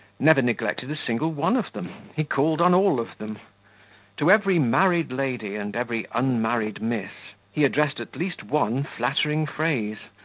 never neglected a single one of them he called on all of them to every married lady and every unmarried miss he addressed at least one flattering phrase,